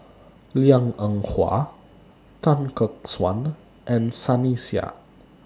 Liang Eng Hwa Tan Gek Suan and Sunny Sia